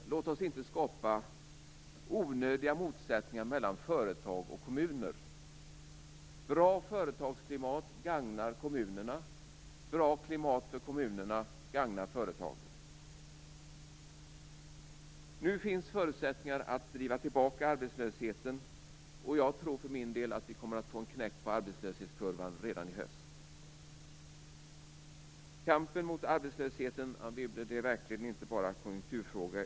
Låt oss inte skapa onödiga motsättningar mellan företag och kommuner. Bra företagsklimat gagnar kommunerna, och bra klimat för kommunerna gagnar företagen. Nu finns det förutsättningar för att driva tillbaka arbetslösheten, och jag tror för min del att vi kommer att få en knäck på arbetslöshetskurvan redan i höst. Kampen mot arbetslösheten, Anne Wibble, är verkligen inte bara en konjunkturfråga.